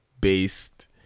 based